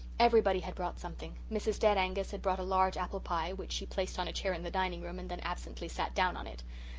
everybody had brought something. mrs. dead angus had brought a large apple-pie, which she placed on a chair in the dining-room and then absently sat down on it.